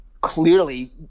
clearly